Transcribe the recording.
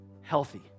healthy